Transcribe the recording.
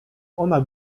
ona